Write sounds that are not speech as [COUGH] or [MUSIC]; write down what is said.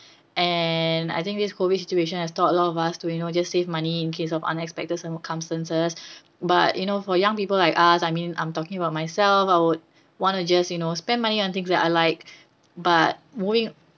and I think this COVID situation has taught a lot of us to you know just save money in case of unexpected circumstances [BREATH] but you know for young people like us I mean I'm talking about myself I would want to just you know spend money on things that I like but moving